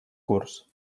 curs